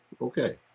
Okay